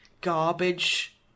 garbage